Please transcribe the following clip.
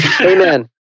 Amen